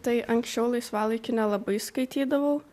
tai anksčiau laisvalaikiu nelabai skaitydavau